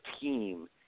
team